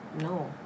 No